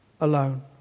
alone